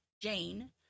Jane